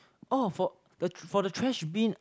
oh for the for the trash bin